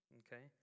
okay